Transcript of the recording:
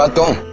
ah don't